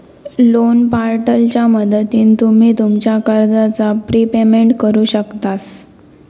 loan पोर्टलच्या मदतीन तुम्ही तुमच्या कर्जाचा प्रिपेमेंट करु शकतास